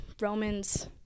Romans